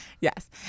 Yes